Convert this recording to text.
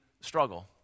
struggle